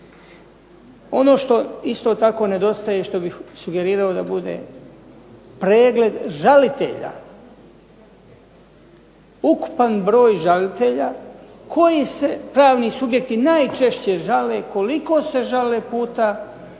Ono što isto tako nedostaje, što bih sugerirao da bude pregled žalitelja, ukupan broj žalitelja koji se pravni subjekti najčešće žale, koliko se žale puta